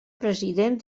president